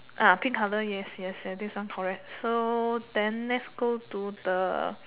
pink colour yes yes this one correct so then let's go to the